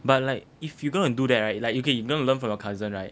but like if you're gonna do that right like okay you gonna learn from your cousin right